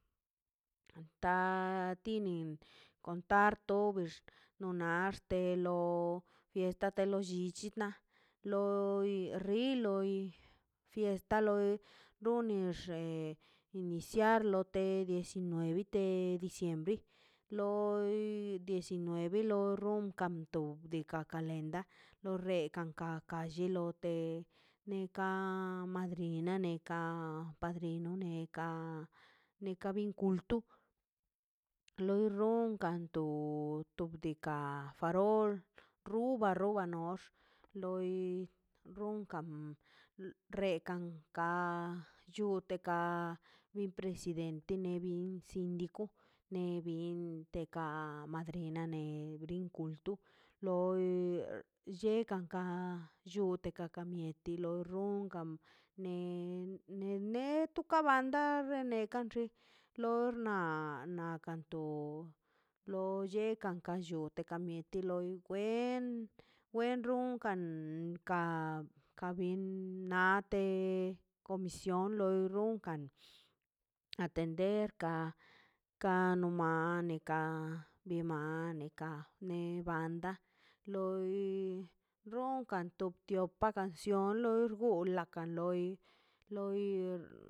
Ta tinin contar tobexs no naxte lo fiesta de los llichina ri loi fiesta loi runix xei iniciar lote diecinueve de diciembre loi diecinueve to kanto diikaꞌ kalenda lo reka kan ka lli lote neka madrina neka padrino ne ka neka bin kulto loi ronkanto o tobdeka farol ruba roba nox loi runkan rekan chuteka li presidente ne bin sindiko ne binteka madrina ne grunkultu loi llekankan llutekakan mieti loi ronkan ne ne tukaban tane kanxib lor na nakan to lo lleka kan ka lliote ka mieti loi kwen wen runkan ka kabin nate comisión loi runka nox atender ka ka no mane ka bi bane ka bi banda loi runkan to tiopa canción loi rgug lakan lor.